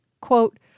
quote